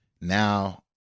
now